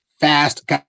fast